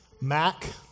Mac